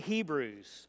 Hebrews